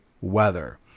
weather